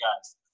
guys